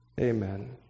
Amen